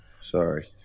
Sorry